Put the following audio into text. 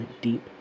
deep